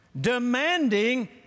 demanding